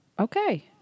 Okay